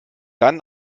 dann